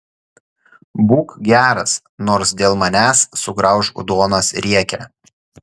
būk geras nors dėl manęs sugraužk duonos riekę